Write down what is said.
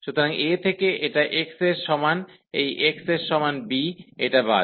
সুতরাং a থেকে এটা x এর সমান এই x এর সমান b এটা বাদ